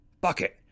Bucket